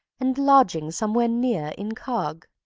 and lodging somewhere near incog.